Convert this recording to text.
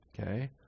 okay